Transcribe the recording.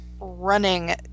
running